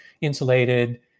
insulated